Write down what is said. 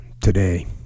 today